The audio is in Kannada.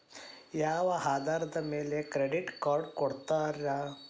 ಯಾವ ಆಧಾರದ ಮ್ಯಾಲೆ ಕ್ರೆಡಿಟ್ ಕಾರ್ಡ್ ಕೊಡ್ತಾರ?